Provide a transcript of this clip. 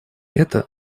это